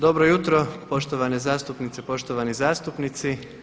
Dobro jutro poštovane zastupnice i poštovani zastupnici.